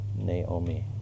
Naomi